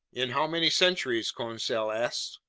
in how many centuries? conseil asked.